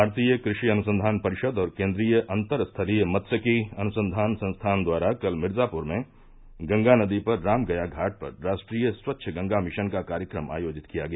भारतीय कृषि अनुसंधान परिषद और केन्द्रीय अन्तर स्थलीय मत्सयिकी अनुसंधान संस्थान द्वारा कल मिर्जापुर में गंगा नदी पर रामगया घाट पर राष्ट्रीय स्वच्छ गंगा मिशन का कार्यक्रम आयोजित किया गया